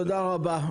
תודה רבה.